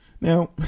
Now